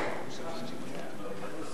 אילן גילאון.